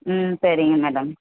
ம் சரிங்க மேடம்